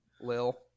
Lil